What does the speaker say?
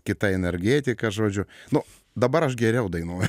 kita energetika žodžiu nu dabar aš geriau dainuoju